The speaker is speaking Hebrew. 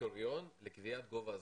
כקריטריון לקביעת גובה הזכאות,